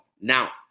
Now